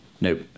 Nope